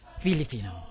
Filipino